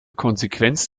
konsequenz